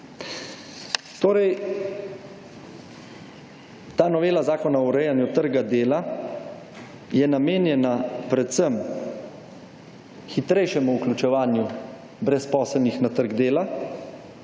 ta novela zakona o urejanju trga dela je namenjena predvsem hitrejšemu vključevanju brezposelnih na trg dela